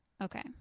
Okay